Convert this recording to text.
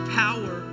power